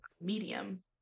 medium